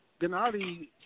Gennady